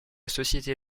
société